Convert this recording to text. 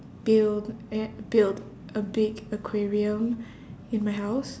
build a build a big aquarium in my house